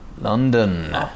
London